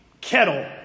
kettle